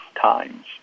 times